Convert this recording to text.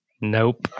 Nope